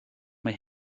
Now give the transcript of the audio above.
mae